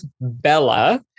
Bella